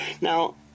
Now